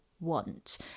want